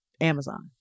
Amazon